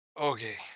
Okay